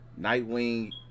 Nightwing